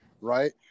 right